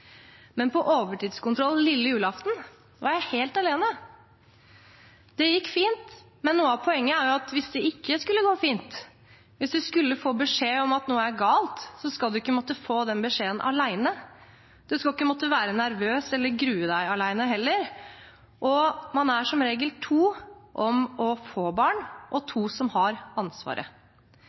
Men på overtidskontrollen på lille julaften var jeg helt alene. Det gikk fint, men noe av poenget er jo at hvis det ikke skulle gå fint – hvis man skulle få beskjed om at noe er galt – skal man ikke måtte få den beskjeden alene. Man skal ikke måtte være nervøs eller grue seg alene heller, og man er som regel to om å få barn og to som har ansvaret.